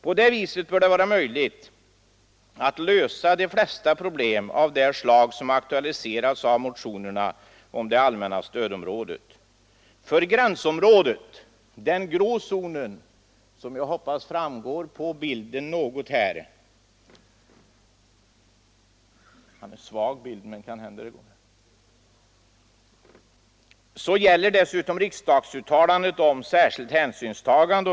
På det viset bör det vara möjligt att lösa de flesta problem av det slag som aktualiserats av motionerna om det allmänna stödområdet. För gränsområdet — den grå zonen — gäller dessutom riksdagsuttalandena om särskilt hänsynstagande.